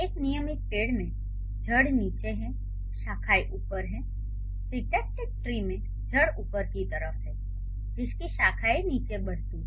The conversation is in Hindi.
एक नियमित पेड़ में जड़ नीचे है शाखाएं ऊपर हैं सिंटैक्टिक ट्री में जड़ उपर की तरफ है जिसकी शाखाएं नीचे बढ़ती हैं